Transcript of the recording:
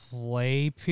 play